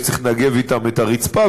אמרה שצריך לנגב אתם את הרצפה,